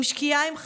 // עם שקיעה הם חזרו,